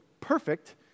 perfect